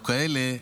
או כאלה,